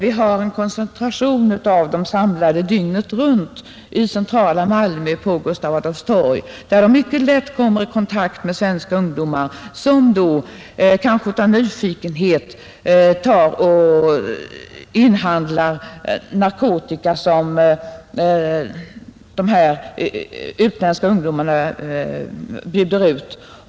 Vi har en koncentration av dem samlade dygnet runt i centrala Malmö på Gustaf Adolfs torg, där de mycket lätt kommer i kontakt med svenska ungdomar, som då — kanske av nyfikenhet — inhandlar narkotika som de utländska ungdomarna bjuder ut.